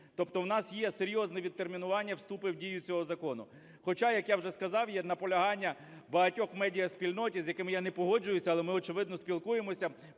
Тобто у нас є серйозне відтермінування вступу в дію цього закону, хоча, як я вже сказав, є наполягання багатьох медіаспільнот, із якими я не погоджуюсь, але ми очевидно спілкуємося,